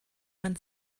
man